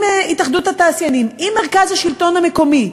התאחדות התעשיינים ועם מרכז השלטון המקומי,